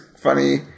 funny